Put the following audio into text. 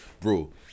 bro